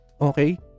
okay